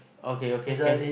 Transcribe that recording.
okay okay can